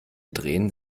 drehen